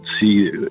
see